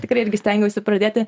tikrai irgi stengiausi pradėti